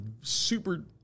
super